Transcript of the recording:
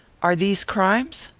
are these crimes?